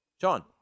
John